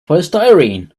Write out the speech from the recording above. polystyrene